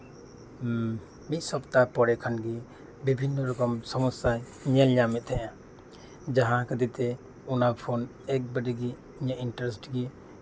ᱢᱤᱫ ᱥᱚᱯᱛᱟᱦᱚ ᱯᱚᱨᱮ ᱠᱷᱟᱱᱜᱮ ᱵᱤᱵᱷᱤᱱᱱᱚ ᱨᱚᱠᱚᱢ ᱥᱚᱢᱚᱥᱥᱟᱧ ᱧᱮᱞ ᱧᱟᱢ ᱮᱫ ᱛᱟᱦᱮᱱᱟ ᱡᱟᱦᱟᱸ ᱠᱷᱟᱹᱛᱤᱨ ᱚᱱᱟ ᱯᱷᱳᱱ ᱮᱠᱵᱟᱨᱮ ᱜᱮ ᱤᱧᱟᱹᱜ ᱤᱱᱴᱟᱨᱮᱥ ᱜᱮ